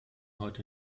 heute